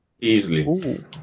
easily